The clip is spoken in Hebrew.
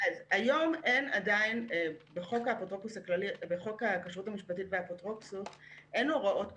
היום בחוק הכשרות המשפטית והאפוטרופסות אין הוראות כשירות.